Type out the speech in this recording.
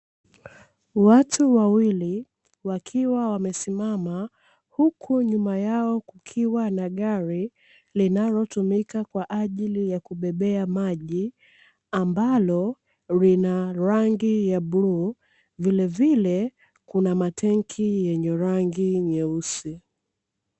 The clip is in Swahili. Watu wawili wakiwa wamesimama huku nyuma yao kukiwa na gari linalotumika kwa ajili ya kubebea maji ambalo lina rangi ya bluu vilevile kuna matenki yenye rangi nyeusi.